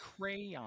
Crayon